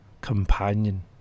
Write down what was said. companion